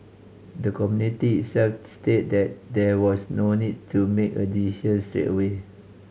the Committee itself state that there was no need to make a straight away